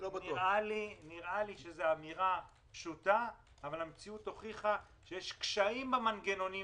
נראה לי שזה אמירה פשוטה אבל המציאות הוכיחה שיש קשיים במנגנונים